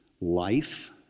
Life